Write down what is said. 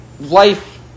life